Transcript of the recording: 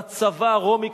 והצבא הרומי,